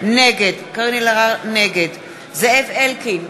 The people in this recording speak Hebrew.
נגד זאב אלקין,